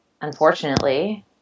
unfortunately